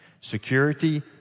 security